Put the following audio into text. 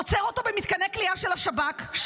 עוצר אותו במתקני הכליאה של השב"כ,